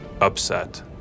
upset